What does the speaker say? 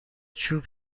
چوب